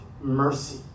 mercy